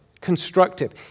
Constructive